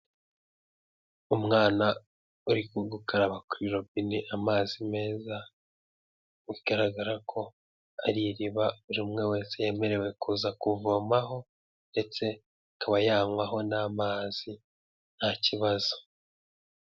Umwana uri gukaraba kuri robine amazi meza, bigaragara ko ari iriba buri umwe wese yemerewe kuza kuvomaho ndetse akaba yanywaho n'amazi nta kibazo.